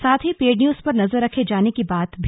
साथ ही paid news पर नजर रखे जाने की बात की